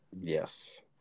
Yes